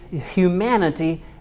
humanity